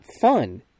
fun